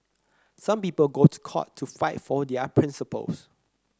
some people go to court to fight for their principles